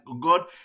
God